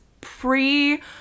pre